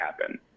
happen